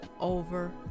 over